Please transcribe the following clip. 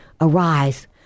arise